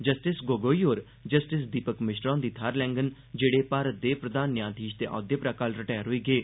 justice Gogoi होर justice Deepak Mishra होंदी थाहर लैंगन जेहड़े भारत दे प्रधान न्यायधीश दे औह्दे परा कल रटैर होई गे